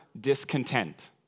discontent